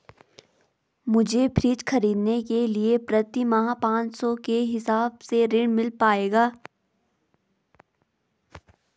मुझे फ्रीज खरीदने के लिए प्रति माह पाँच सौ के हिसाब से ऋण मिल पाएगा?